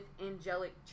angelic